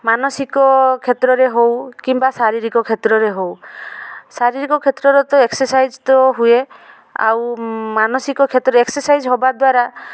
ମାନସିକ କ୍ଷେତ୍ରରେ ହେଉ କିମ୍ବା ଶାରୀରିକ କ୍ଷେତ୍ରରେ ହେଉ ଶାରୀରିକ କ୍ଷେତ୍ରରେ ତ ଏକ୍ସରସାଇଜ୍ ତ ହୁଏ ଆଉ ମାନସିକ କ୍ଷେତ୍ରରେ ଏକ୍ସରସାଇଜ୍ ହେବା ଦ୍ଵାରା